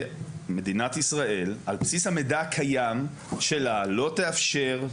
שמדינת ישראל על בסיס המידע הקיים שלה לא תאפשר.